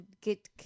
Get